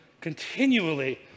continually